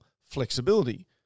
flexibility